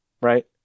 Right